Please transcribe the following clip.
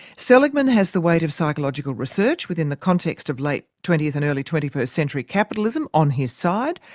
seligman has the weight of psychological research within the context of late twentieth and early twenty-first century capitalism on his side,